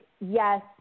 yes